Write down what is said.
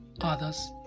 Others